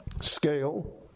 scale